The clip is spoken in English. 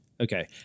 Okay